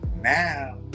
now